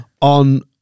on